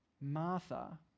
Martha